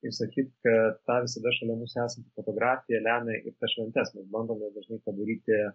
išsakyti kad ta visada šalia mūsų esanti fotografija lemia ir tas šventes mes bandome dažnai padaryti